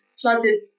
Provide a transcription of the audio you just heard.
flooded